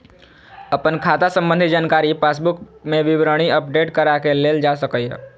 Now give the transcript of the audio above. अपन खाता संबंधी जानकारी पासबुक मे विवरणी अपडेट कराके लेल जा सकैए